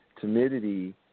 timidity